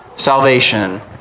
salvation